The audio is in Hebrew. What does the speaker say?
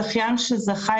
הזכיין שזכה,